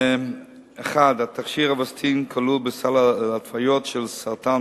1. התכשיר "אווסטין" כלול בסל להתוויות של סרטן